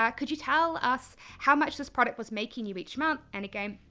yeah could you tell us how much this product was making you each month and again,